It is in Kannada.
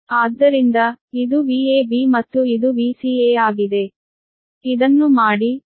ಆದ್ದರಿಂದ ಇದು Vab ಮತ್ತು ಇದು Vca ಆಗಿದೆ